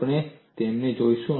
આપણે તેમને જોઈશું